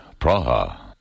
Praha